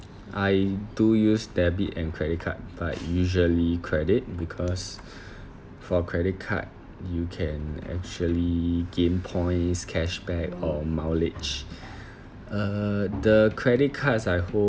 I do use debit and credit card but usually credit because for credit card you can actually gain points cashback or mileage uh the credit cards I hold